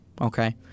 okay